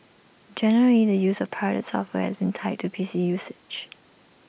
generally the use of pirated software has been tied to P C usage